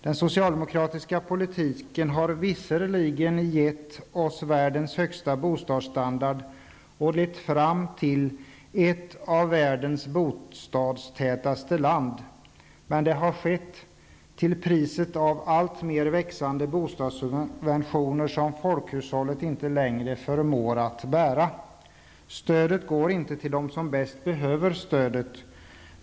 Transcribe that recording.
Den socialdemokratiska politiken har visserligen gett oss världens högsta bostadsstandard och lett fram till ett av världens bostadstätaste land. Men det har skett till priset av allt mer växande bostadssubventioner som folkhushållet inte längre förmår att bära. Stödet går inte till dem som bäst behöver det.